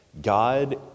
God